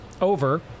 over